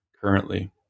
currently